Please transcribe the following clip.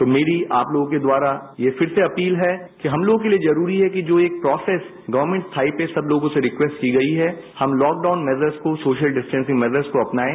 तो मेरी आप लोगों के द्वारा यह फिर से अपील है कि हम लोगों के लिए जरूरी है कि जो एक प्रॉसेस गवर्मेट साइट पर सब लोगों से रिक्वेस्ट की गई है हम लॉकडाउन मैजर्स को सोशल डिस्टेंसिंग मैजर्स को अपनाएं